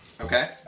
Okay